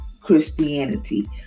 Christianity